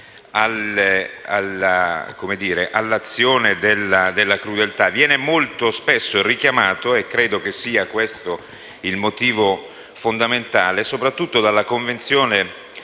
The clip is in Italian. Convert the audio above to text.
all'azione della crudeltà, viene molto spesso richiamato (e credo sia questo il motivo fondamentale) soprattutto dalla Convenzione